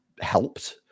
helped